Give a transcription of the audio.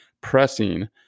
pressing